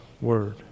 word